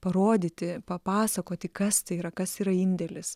parodyti papasakoti kas tai yra kas yra indėlis